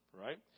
right